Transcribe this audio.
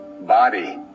body